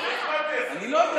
לא.